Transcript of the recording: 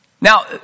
Now